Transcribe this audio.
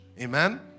Amen